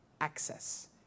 access